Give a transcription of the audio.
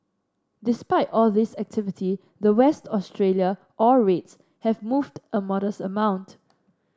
despite all this activity the West Australia ore rates have moved a modest amount